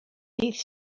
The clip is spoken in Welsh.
dydd